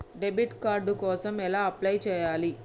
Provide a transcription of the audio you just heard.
Debit card కోసం ఎలా apply చేయాలి?